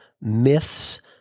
Myths